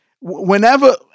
whenever